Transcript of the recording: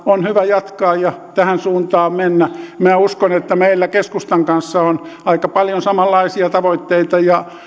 on hyvä jatkaa ja tähän suuntaan mennä minä uskon että meillä keskustan kanssa on aika paljon samanlaisia tavoitteita ja